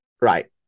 right